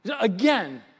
Again